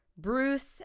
Bruce